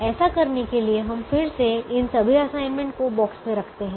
ऐसा करने के लिए हम फिर से इन सभी असाइनमेंट को बॉक्स में रखते हैं